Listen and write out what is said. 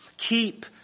Keep